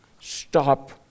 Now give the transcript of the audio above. stop